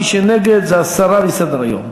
מי שנגד זה הסרה מסדר-היום.